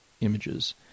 Images